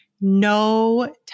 no